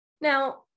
Now